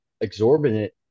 exorbitant